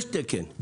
יש תקן.